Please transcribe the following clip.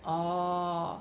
oh